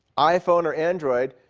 iphone or android,